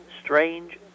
strange